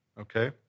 okay